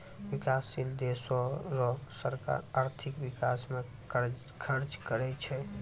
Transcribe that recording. बिकाससील देसो रो सरकार आर्थिक बिकास म खर्च करै छै